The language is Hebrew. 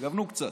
תגוונו קצת.